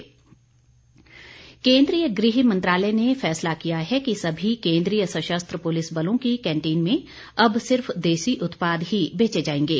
canteen केन्द्रीय गृह मंत्रालय ने फैसला किया है कि सभी केंद्रीय सशस्त्र पुलिस बलों की कैंटीन में अब सिर्फ देशी उत्पाद ही बेचे जाएंगे